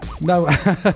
No